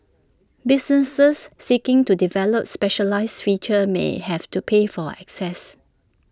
businesses seeking to develop specialised features may have to pay for access